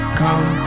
come